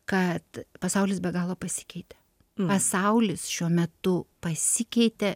kad pasaulis be galo pasikeitė pasaulis šiuo metu pasikeitė